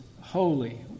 holy